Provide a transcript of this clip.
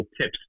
tips